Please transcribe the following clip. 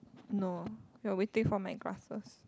no you are waiting for my classes